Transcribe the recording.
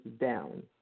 down